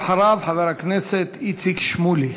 ואחריו חבר הכנסת איציק שמולי.